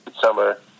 Summer